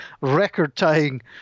record-tying